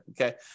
okay